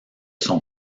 son